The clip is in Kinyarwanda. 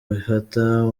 bifata